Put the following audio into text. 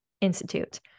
Institute